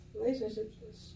Relationships